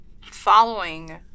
following